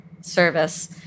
service